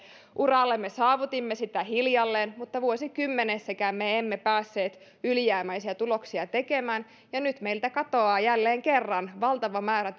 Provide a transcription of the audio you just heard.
uralle me saavutimme sitä hiljalleen mutta vuosikymmenessäkään me emme päässeet ylijäämäisiä tuloksia tekemään ja nyt meiltä katoaa alta jälleen kerran valtava määrä